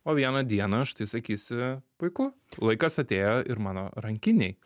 o vieną dieną štai sakysi puiku laikas atėjo ir mano rankinei